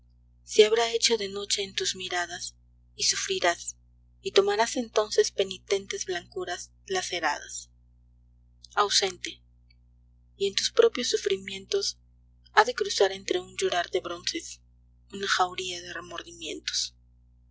se habrá hecho de noche en tus miradas y sufrirás y tornarás entonces penitentes blancuras laceradas ausente y en tus propios sufrimientos ha de cruzar entre un llorar de bronces una jauría de remordimientos